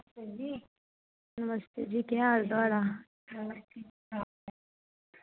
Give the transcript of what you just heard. बीर जी केह् हाल थुआढ़ा